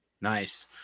Nice